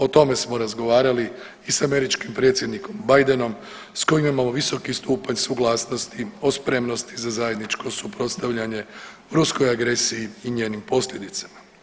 O tome smo razgovarali i s američkim predsjednikom Bidenom s kojim imamo visoki stupanj suglasnosti o spremnosti za zajedničko suprotstavljanje ruskoj agresiji i njenim posljedicama.